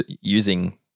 using